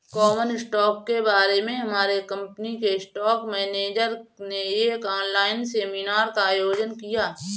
common stock के बारे में हमारे कंपनी के स्टॉक मेनेजर ने एक ऑनलाइन सेमीनार का आयोजन किया